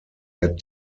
had